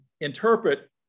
interpret